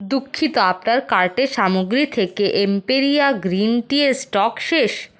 দুঃখিত আপনার কার্টের সামগ্রী থেকে এম্পেরিয়া গ্রীন টিয়ের স্টক শেষ